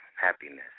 happiness